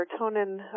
serotonin